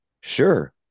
Sure